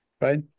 right